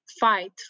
fight